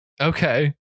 Okay